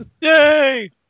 Yay